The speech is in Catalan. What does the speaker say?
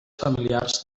familiars